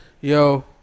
yo